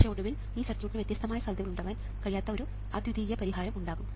പക്ഷേ ഒടുവിൽ ഈ സർക്യൂട്ടിന് വ്യത്യസ്തമായ സാധ്യതകൾ ഉണ്ടാകാൻ കഴിയാത്ത ഒരു അദ്വിതീയ പരിഹാരം ഉണ്ടാകും